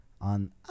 On